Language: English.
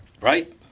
right